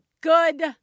good